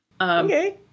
Okay